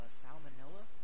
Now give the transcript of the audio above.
salmonella